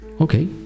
Okay